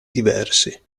diversi